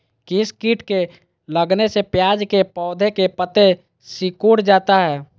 किस किट के लगने से प्याज के पौधे के पत्ते सिकुड़ जाता है?